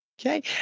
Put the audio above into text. Okay